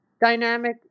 dynamic